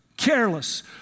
Careless